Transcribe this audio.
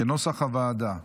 כנוסח הוועדה.